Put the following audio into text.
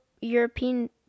European